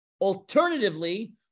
alternatively